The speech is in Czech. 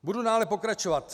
Budu dále pokračovat.